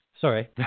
sorry